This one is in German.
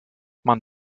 man